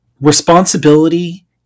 responsibility